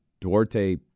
Duarte